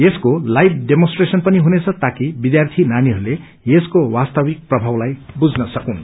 यसको live demonstration पनि हुनेछ ताकि विष्यार्यी नानीहरूले यसको वास्तविक प्रभावलाई बुझ्न सकून्